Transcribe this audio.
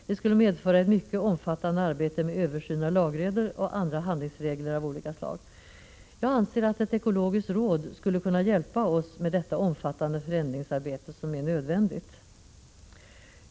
Det skulle medföra ett mycket omfattande arbete med översyn av lagregler och andra handlingsregler av olika slag. Jag anser att ett ekologiskt råd skulle kunna hjälpa oss med det omfattande förändringsarbete som är nödvändigt.